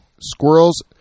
squirrels